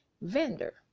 vendor